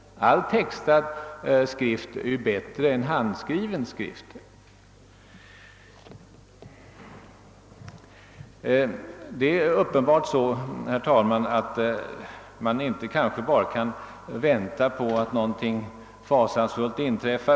All textad skrift är ju tydligare än skrivstil. Herr talman! Vi kan inte bara vänta på att något fasansfullt skall inträffa.